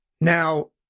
Now